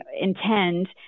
intend